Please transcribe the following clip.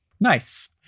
Nice